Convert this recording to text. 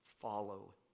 follow